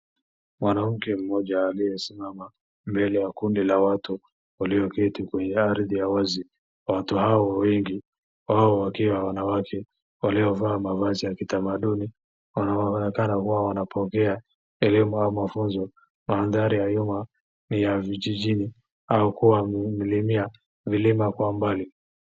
Mwanamke mmoja aliyesimama mbele ya kundi la watu walioketi kwenye ardhi ya wazi. Watu hao wengi wao wakiwa wanawake waliovaa mavazi ya kitamaduni wanaonekana huwanapokea elimu au mafunzo. Mandhari ya nyuma ni ya vijijini au kuwa milimia milima kwa mbali.